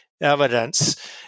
evidence